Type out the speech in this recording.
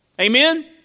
Amen